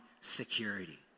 security